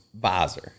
visor